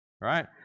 right